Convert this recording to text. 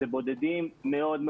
אלה בודדים מאוד,